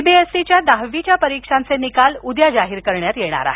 सीबीएससीच्या दहावीच्या परीक्षांचे निकाल उद्या जाहीर करण्यात येणार आहेत